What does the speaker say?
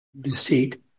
deceit